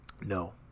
No